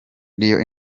real